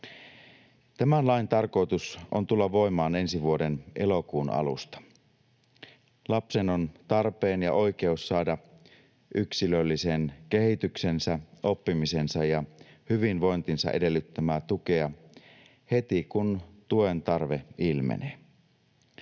Tämän lain on tarkoitus tulla voimaan ensi vuoden elokuun alusta. Lapsen on tarpeen ja oikeus saada yksilöllisen kehityksensä, oppimisensa ja hyvinvointinsa edellyttämää tukea heti, kun tuen tarve ilmenee.